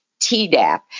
Tdap